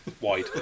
wide